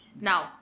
Now